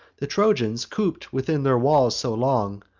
the trojans, coop'd within their walls so long,